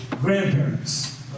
grandparents